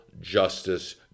justice